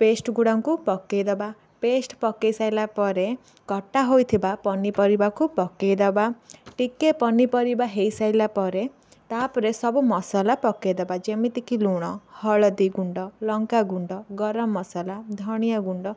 paste ଗୁଡ଼ାଙ୍କୁ ପକେଇଦେବା paste ପକେଇସାଇଲା ପରେ କଟା ହୋଇଥିବା ପନିପରିବାକୁ ପକେଇଦେବା ଟିକିଏ ପନିପରିବା ହୋଇସାରିଲା ପରେ ତାପରେ ସବୁ ମସଲା ପକେଇଦେବା ଯେମିତିକି ଲୁଣ ହଳଦୀ ଗୁଣ୍ଡ ଲଙ୍କା ଗୁଣ୍ଡ ଗରମ ମସଲା ଧନିଆ ଗୁଣ୍ଡ